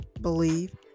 believe